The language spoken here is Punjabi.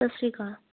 ਸਤਿ ਸ਼੍ਰੀ ਅਕਾਲ